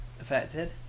affected